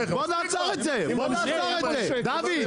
בזה אתה